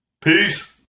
peace